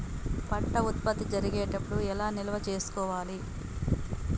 పంట ఉత్పత్తి జరిగేటప్పుడు ఎలా నిల్వ చేసుకోవాలి?